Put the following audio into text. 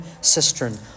cistern